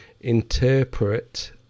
interpret